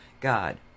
God